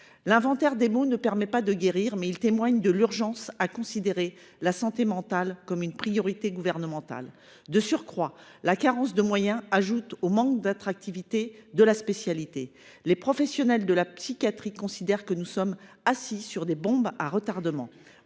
L’inventaire des maux ne permet pas de guérir, mais il témoigne de l’urgence à considérer la santé mentale comme une priorité gouvernementale. De surcroît, la carence de moyens ajoute au manque d’attractivité de la spécialité. Les professionnels de la psychiatrie considèrent que nous sommes assis sur des bombes à retardement